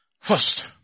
First